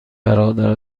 برادر